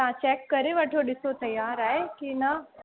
तव्हां चैक करे वठो ॾिसो तयारु आहे की न